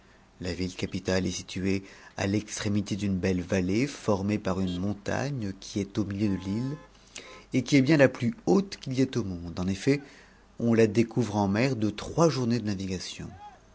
la ville capitale est située à l'extrémité d'une belle vallée formée par une montagne qui est au milieu de hte et qui est bien la plus haute qu'il y ait au monde en effet on la découvre en mer de trois journées de navigation